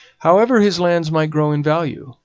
however his lands might grow in value,